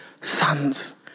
sons